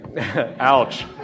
Ouch